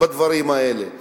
בדברים האלה.